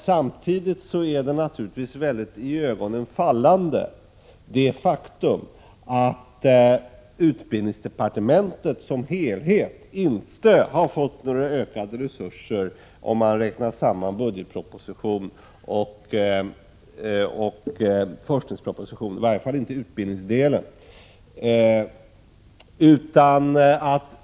Samtidigt är det naturligtvis ett väldigt iögonenfallande faktum att utbildningsdepartementet som helhet inte har fått några ökade resurser, om man räknar samman det som föreslås i budgetpropositionen och i forskningspropositionen, i varje fall vad gäller utbildningsdelen.